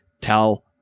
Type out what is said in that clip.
Tell